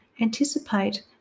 Anticipate